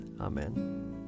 Amen